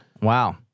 Wow